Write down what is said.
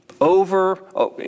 over